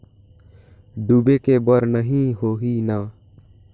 डूबे के बर नहीं होही न?